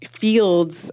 fields